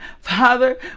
Father